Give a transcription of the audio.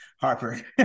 harper